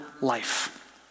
life